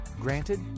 Granted